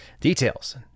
Details